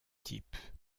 type